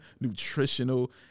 nutritional